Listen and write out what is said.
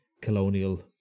colonial